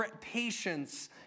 patience